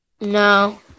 No